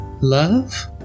Love